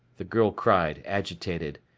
the girl cried, agitated.